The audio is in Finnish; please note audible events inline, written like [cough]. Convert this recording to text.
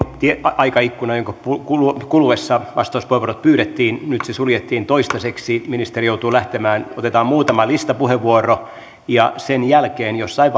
aikaikkuna jonka kuluessa kuluessa vastauspuheenvuorot pyydettiin nyt se suljettiin toistaiseksi ministeri joutuu lähtemään otetaan muutama listapuheenvuoro ja sen jälkeen jossain [unintelligible]